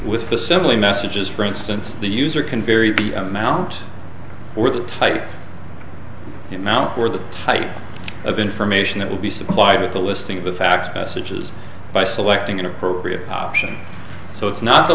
with the simply messages for instance the user can vary the amount with type you know we're the type of information that will be supplied with a listing of the facts messages by selecting an appropriate option so it's not the